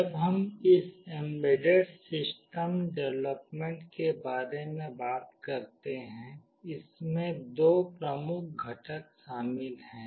जब हम इस एम्बेडेड सिस्टम डेवलपमेंट के बारे में बात करते हैं इसमें दो प्रमुख घटक शामिल हैं